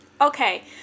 Okay